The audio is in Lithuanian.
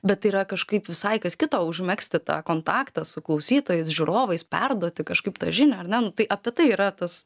bet yra kažkaip visai kas kita užmegzti tą kontaktą su klausytojais žiūrovais perduoti kažkaip tą žinią ar ne nu tai apie tai yra tas